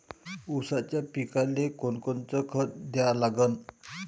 ऊसाच्या पिकाले कोनकोनचं खत द्या लागन?